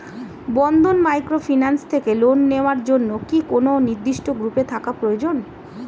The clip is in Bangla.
বন্ধন মাইক্রোফিন্যান্স থেকে লোন নেওয়ার জন্য কি কোন নির্দিষ্ট গ্রুপে থাকা প্রয়োজন?